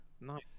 nice